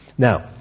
Now